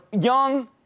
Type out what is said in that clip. young